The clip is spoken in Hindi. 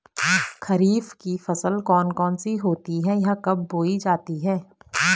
खरीफ की फसल कौन कौन सी होती हैं यह कब बोई जाती हैं?